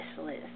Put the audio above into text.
list